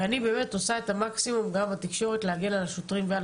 ואני באמת עושה את המקסימום גם בתקשורת להגן על השוטרים ועל